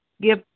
Give